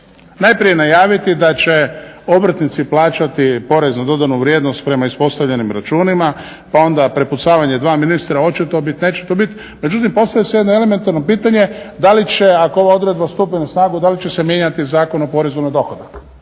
Najprije najaviti da će obrtnici plaćati porez na dodanu vrijednost prema ispostavljenim računima, pa onda prepucavanje dva ministra hoće li to biti, neće to biti. Međutim, postavlja se jedno elementarno pitanje da li će ako ova odredba stupi na snagu da li će se mijenjati Zakon o porezu na dohodak.